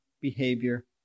behavior